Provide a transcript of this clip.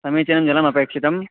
समीचीनं जलम् अपेक्षितं